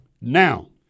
Now